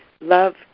Love